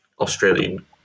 Australian